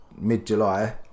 mid-July